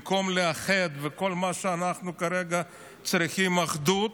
במקום לאחד, וכל מה שאנחנו כרגע צריכים הוא אחדות,